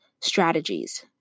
strategies